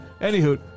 Anywho